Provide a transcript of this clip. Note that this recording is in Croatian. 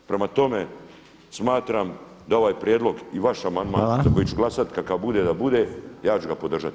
Prema tome, smatram da ovaj prijedlog i vaš amandman za koji ću glasati kakav bude da bude, ja ću ga podržati.